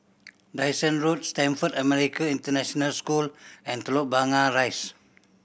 Dyson Road Stamford American International School and Telok Blangah Rise